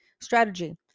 Strategy